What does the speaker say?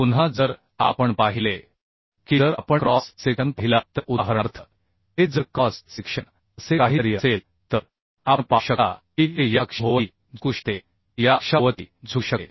पुन्हा जर आपण पाहिले की जर आपण क्रॉस सेक्शन पाहिला तर उदाहरणार्थ हे जर क्रॉस सेक्शन असे काहीतरी असेल तर आपण पाहू शकता की ते या अक्षाभोवती झुकू शकते ते या अक्षाभोवती झुकू शकते